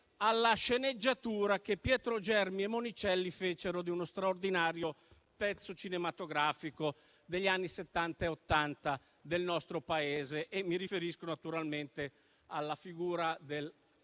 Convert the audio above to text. alla sceneggiatura che Pietro Germi e Monicelli fecero di uno straordinario pezzo cinematografico degli anni Settanta e Ottanta del nostro Paese. Mi riferisco naturalmente alla figura del